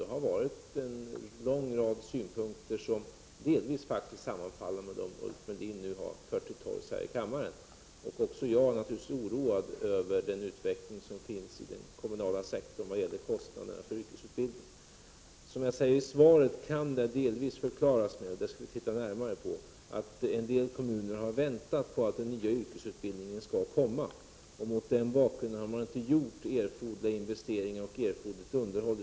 Det har varit en lång rad synpunkter som delvis faktiskt sammanfaller med det som Ulf Melin har fört till torgs här i kammaren. Även jag är naturligtvis oroad över den utvecklingen inom den kommunala sektorn vad gäller kostnaderna för yrkesutbildning. Som jag säger i svaret kan detta delvis förklaras — och vi skall titta närmare på detta — med att en del kommuner har väntat på att den nya yrkesutbildningen skall starta. Mot den bakgrunden har man inte gjort erforderliga investeringar och erforderligt underhåll.